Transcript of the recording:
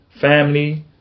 family